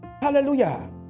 Hallelujah